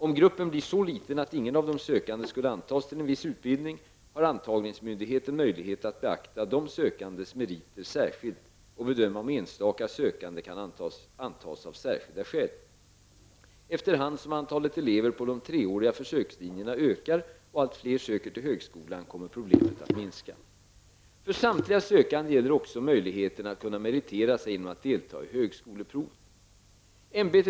Om gruppen blir så liten att ingen av de sökande skulle antas till en viss utbildning, har antagningsmyndigheten möjlighet att beakta dessa sökandes meriter särskilt och bedöma om enstaka sökande kan antas av särskilda skäl. Efter hand som antalet elever på de treåriga försökslinjerna ökar och allt fler söker till högskolan kommer problemet att minska. För samtliga sökande gäller också möjligheten att kunna meritera sig genom att delta i högskoleprovet.